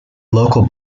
local